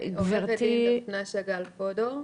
עורכת הדין דפנה שגל פודור.